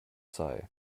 sei